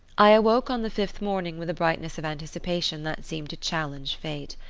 i awoke on the fifth morning with a brightness of anticipation that seemed to challenge fate.